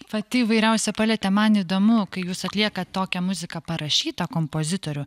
pati įvairiausia paletė man įdomu kai jūs atliekat tokią muziką parašytą kompozitorių